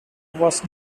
was